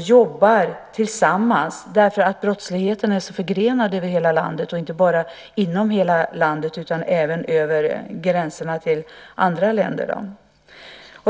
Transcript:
jobbar tillsammans för att brottsligheten är så förgrenad över hela landet. Den är inte bara förgrenad inom landet utan även över gränserna till andra länder.